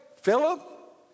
Philip